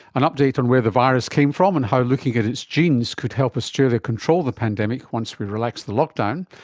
an update on where the virus came from and how looking at its genes could help australia control the pandemic once we relax the lockdown.